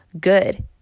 good